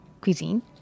cuisine